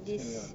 samuel